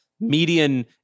median